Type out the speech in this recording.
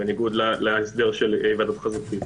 בניגוד להסדר של היוועדות חזותית.